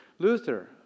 Luther